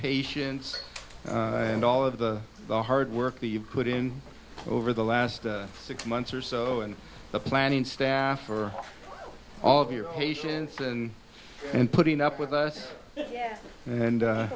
patience and all of the the hard work that you've put in over the last six months or so and the planning staff for all of your patience and and putting up with us and